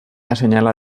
assenyala